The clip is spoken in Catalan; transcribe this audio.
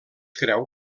creu